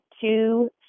two